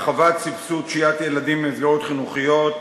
הרחבת סבסוד שהיית ילדים במסגרות חינוכיות,